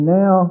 now